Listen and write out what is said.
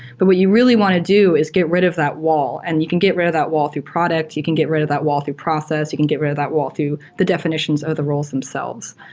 but what you really want to do is get rid of that wall, and you can get rid of that wall through product. you can get rid of that wall through process. you can get rid of that wall through the definitions or the rules themselves.